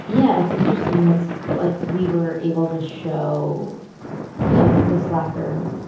yeah. it's interesting. it's like we were able to show yeah, like, the slacker.